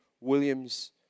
Williams